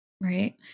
Right